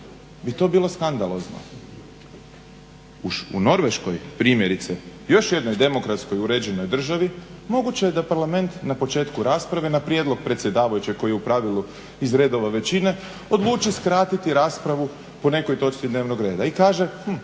bi to bilo skandalozno. U Norveškoj primjerice još jednoj demokratskoj uređenoj državi moguće je da parlament na početku rasprave na prijedlog predsjedavajućeg koji je u pravilu iz redova većine odluči skratiti raspravu po nekoj točci dnevnog reda. I kaže,